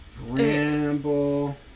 Ramble